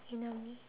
in army